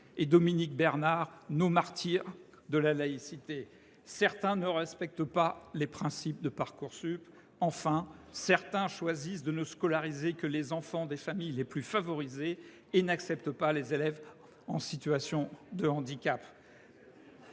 et Dominique Bernard, nos martyrs de la laïcité. Certains ne respectent pas les principes de Parcoursup. Enfin, certains choisissent de ne scolariser que les enfants des familles les plus favorisées et n’acceptent pas les élèves en situation de handicap.